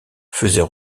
faisait